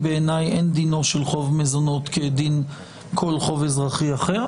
בעיני אין דינו של חוב מזונות כדין כל חוב אזרחי אחר.